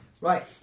Right